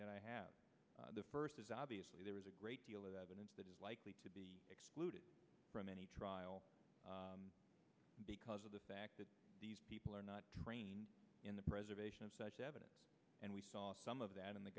know i have the first is obviously there is a great deal of evidence that is likely to be excluded from any trial because of the fact that these people are not trained in the preservation of such evidence and we saw some of that in the